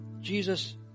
Jesus